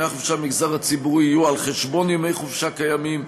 ימי החופשה במגזר הציבורי יהיו על חשבון ימי חופשה קיימים,